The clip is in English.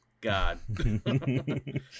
God